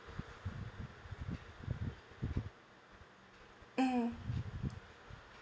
mm